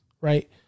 right